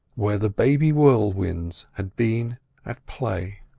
where the baby whirlwinds had been at play.